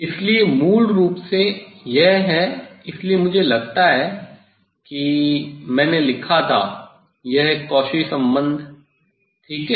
इसलिए मूल रूप से यह है इसलिए मुझे लगता है कि मैंने लिखा था वह कॉची संबंध ठीक है